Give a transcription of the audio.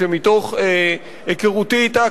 מתוך היכרותי אתה,